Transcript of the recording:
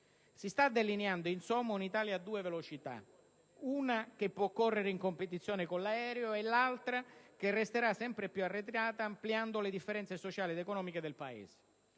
Si sta delineando, insomma, un'Italia a due velocità, una che può correre in competizione con l'aereo e l'altra che resterà sempre più arretrata, ampliando le differenze sociali ed economiche del Paese.